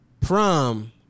prom